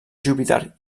júpiter